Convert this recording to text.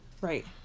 Right